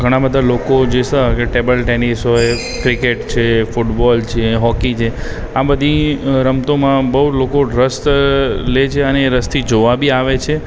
ઘણાં બધા લોકો જેવા કે ટેબલ ટૅનિસ હોય ક્રિકેટ છે ફૂટબોલ છે હૉકી છે આ બધી રમતોમાં બહુ લોકો રસ લે છે અને એ રસથી જોવા બી આવે છે